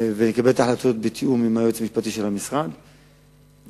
טייבה התחלפו שלושה ראשי ועדה ממונה,